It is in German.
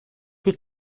die